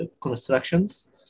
constructions